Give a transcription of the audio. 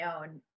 own